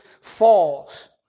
falls